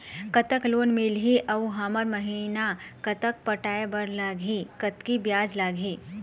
कतक लोन मिलही अऊ हर महीना कतक पटाए बर लगही, कतकी ब्याज लगही?